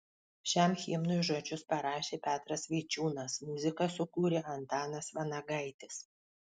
šiam himnui žodžius parašė petras vaičiūnas muziką sukūrė antanas vanagaitis